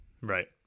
Right